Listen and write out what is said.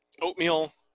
Oatmeal